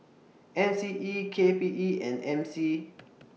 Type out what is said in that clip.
M C E K P E and M C